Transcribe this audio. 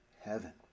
heaven